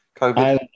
COVID